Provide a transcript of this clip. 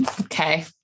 Okay